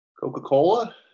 Coca-Cola